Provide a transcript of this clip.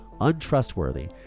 untrustworthy